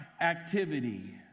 activity